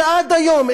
שעד היום,